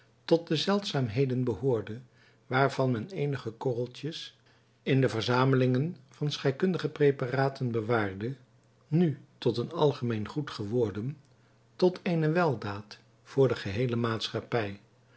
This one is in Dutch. tot de zeldzaamheden behoorde waarvan men eenige korreltjes in de verzamelingen van scheikundige praeparaten bewaarde nu tot een algemeen goed geworden tot eene weldaad voor de geheele maatschappij